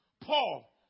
Paul